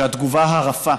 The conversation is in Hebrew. שהתגובה הרפה